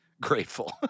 grateful